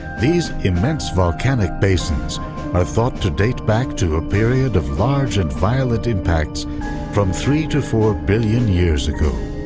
these immense volcanic basins are thought to date back to ah period of large and violent impacts from three to four billion years ago.